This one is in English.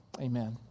Amen